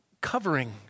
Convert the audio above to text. covering